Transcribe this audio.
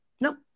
No